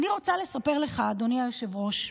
אני רוצה לספר לך, אדוני היושב-ראש: